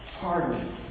pardon